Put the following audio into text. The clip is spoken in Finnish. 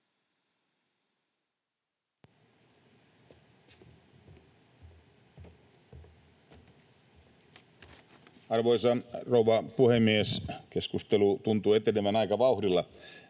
Arvoisa rouva puhemies! Keskustelu tuntuu etenevän aika vauhdilla,